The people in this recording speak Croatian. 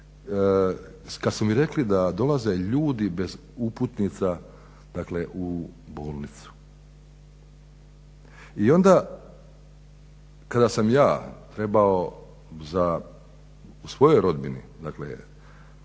Kad su mi rekli da dolaze ljudi bez uputnica, dakle u bolnicu. I onda kada sam ja trebao za svojoj rodbini, dakle